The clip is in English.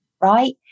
right